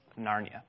Narnia